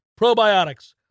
probiotics